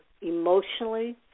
emotionally